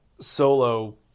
solo